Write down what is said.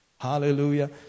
Hallelujah